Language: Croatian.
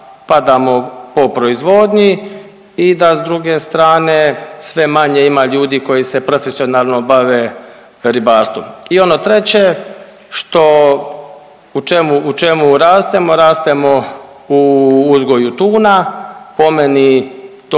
padamo po proizvodnji i da s druge strane sve manje ima ljudi koji se profesionalno bave ribarstvom. I ono treće što, u čemu rastemo, rastemo u uzgoju tuna. Po meni to